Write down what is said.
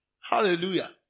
Hallelujah